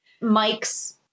Mike's